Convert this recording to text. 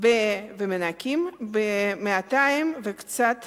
ומנקים ב-200 וקצת